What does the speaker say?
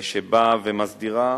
שבאה ומסדירה,